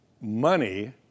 money